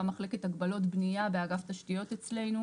מחלקת הגבלות בנייה באגף תשתיות אצלנו.